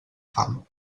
fam